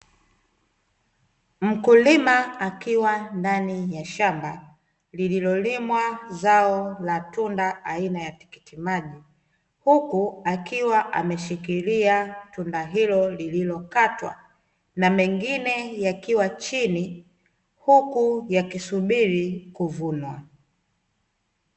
Mkulima akiwa ndani ya shamba lilolimwa zao la tunda aina ya tikitiki maji huku akiwa ameshikilia tunda hilo lililokatwa na mengine yakiwa chini huku yakisubiri kuvunwa.